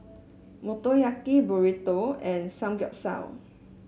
Motoyaki Burrito and Samgeyopsal